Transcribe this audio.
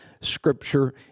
scripture